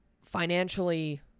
Financially